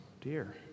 dear